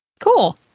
Cool